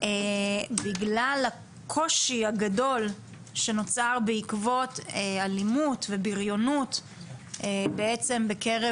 כי נוצר קושי גדול בעקבות אלימות ובריונות בקרב